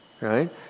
right